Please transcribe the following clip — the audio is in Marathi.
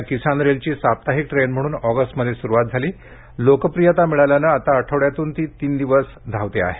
या किसान रेलची साप्ताहिक ट्रेन म्हणून ऑगस्ट मध्ये सुरुवात झाली लोकप्रियता मिळाल्यानं आता आठवड्यातून तीन दिवस ही किसान रेल धावते आहे